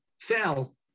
fell